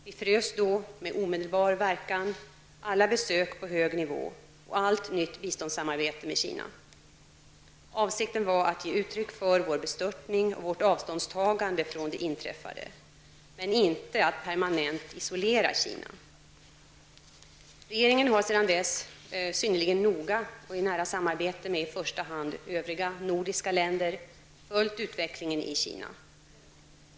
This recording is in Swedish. Vi frös då med omedelbar verkan alla besök på hög nivå och allt nytt biståndssamarbete med Kina. Avsikten var att ge uttryck för vår bestörtning och vårt avståndstagande från det inträffade, men inte att permanent isolera Kina. Regeringen har sedan dess synnerligen noga och i nära samråd med i första hand övriga nordiska länder följt utvecklingen i Kina.